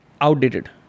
outdated